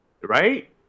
Right